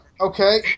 Okay